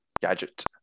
gadget